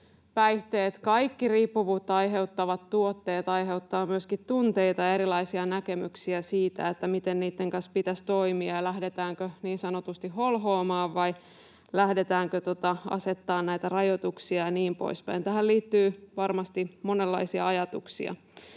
kaikki riippuvuutta aiheuttavat tuotteet, aiheuttavat myöskin tunteita ja erilaisia näkemyksiä siitä, miten niitten kanssa pitäisi toimia ja lähdetäänkö niin sanotusti holhoamaan vai lähdetäänkö asettamaan näitä rajoituksia ja niin poispäin. Tähän liittyy varmasti monenlaisia ajatuksia.